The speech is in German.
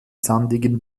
sandigen